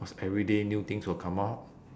cause every day new things will come out